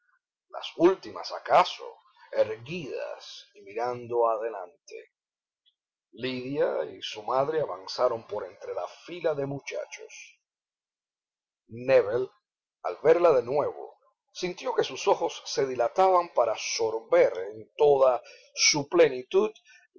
las últimas acaso erguidas y mirando adelante lidia y su madre avanzaron por entre la fila de muchachos nébel al verla de nuevo sintió que sus ojos se dilataban para sorber en toda su plenitud